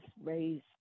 raised